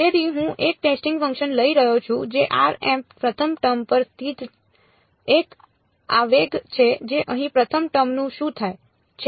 તેથી હું એક ટેસ્ટિંગ ફંક્શન લઈ રહ્યો છું જે પ્રથમ ટર્મ પર સ્થિત એક આવેગ છે જે અહીં પ્રથમ ટર્મનું શું થાય છે